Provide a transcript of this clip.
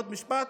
עוד משפט,